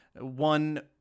One